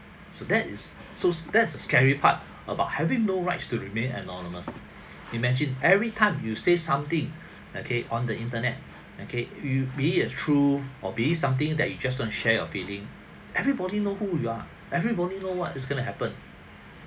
so that is so that's the scary part about having no rights to remain anonymous imagine every time you say something okay on the internet okay you being a truth or being something that you just want to share your feeling everybody know who you are everybody know what is going to happen